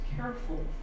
careful